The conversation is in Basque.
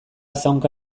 zaunka